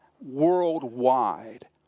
worldwide